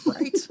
right